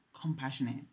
compassionate